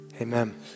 amen